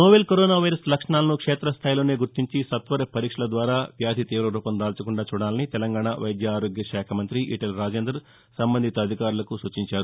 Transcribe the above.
novel corona virus లక్షణాలను క్షేతస్థాయిలోనే గుర్తించి సత్వర పరీక్షల ద్వారా వ్యాధి తీవరూపం దాల్చకుండా చూడాలని తెలంగాణ వైద్య ఆరోగ్యశాఖ మంఁతి ఈటెల రాజేందర్ సంబంధిత అధికారులకు సూచించారు